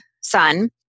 son